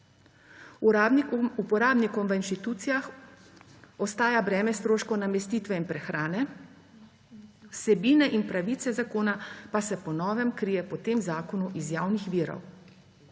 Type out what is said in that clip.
Uporabnikom v institucijah ostaja breme stroškov namestitve in prehrane, vsebine in pravice zakona pa se po novem krije po tem zakonu iz javnih virov.